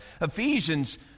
Ephesians